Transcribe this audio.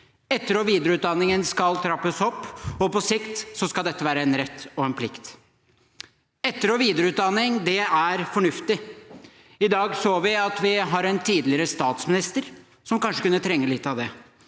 Etter- og videreutdanningen skal trappes opp, og på sikt skal dette være en rett og en plikt. Etter- og videreutdanning er fornuftig. I dag så vi at vi har en tidligere stats minister som kanskje kunne trenge litt av det.